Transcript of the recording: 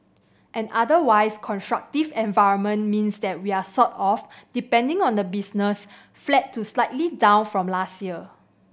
an otherwise constructive environment means that we're sort of depending on the business flat to slightly down from last year